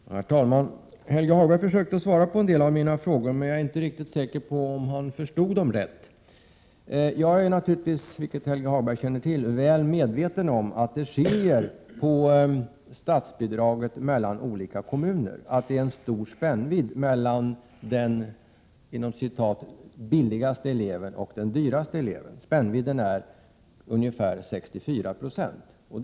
Herr talman! Helge Hagberg försökte svara på en del av mina frågor, men jag är inte riktigt säker på att han förstod dem rätt. Jag är naturligtvis, vilket Helge Hagberg känner till, väl medveten om att det finns skillnader mellan statsbidragen till olika kommuner. Det är en stor spännvidd mellan den ”billigaste” och den ”dyraste” eleven. Spännvidden är ungefär 64 20.